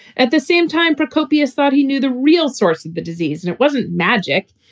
at the same time, for copious thought, he knew the real source of the disease. and it wasn't magic.